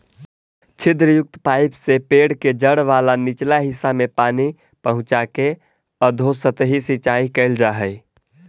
छिद्रयुक्त पाइप से पेड़ के जड़ वाला निचला हिस्सा में पानी पहुँचाके अधोसतही सिंचाई कैल जा हइ